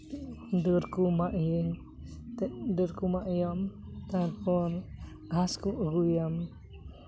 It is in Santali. ᱰᱟᱹᱨ ᱠᱚ ᱢᱟᱜ ᱟᱭᱟᱢ ᱰᱟᱹᱨ ᱠᱚ ᱢᱟᱜ ᱟᱭᱟᱢ ᱛᱟᱨᱯᱚᱨ ᱜᱷᱟᱥ ᱠᱚ ᱟᱹᱜᱩᱭᱟᱢ